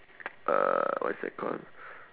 uh what is that call